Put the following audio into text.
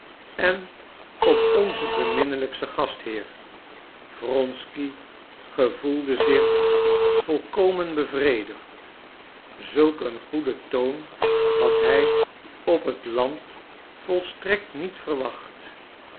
en op onzen beminnelijken gastheer wronsky gevoelde zich volkomen bevredigd zulk een goeden toon had hij op het land volstrekt niet verwacht